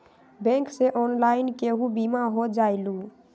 Bank से online केहु बिमा हो जाईलु?